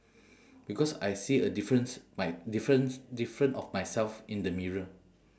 because I see a difference my difference different of myself in the mirror